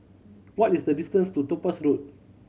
what is the distance to Topaz Road